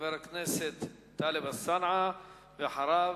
חבר הכנסת טלב אלסאנע, ואחריו,